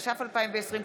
התש"ף 2020,